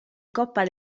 coppa